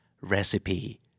Recipe